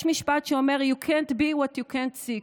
יש משפט שאומר: you can't be what you can't see.